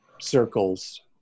circles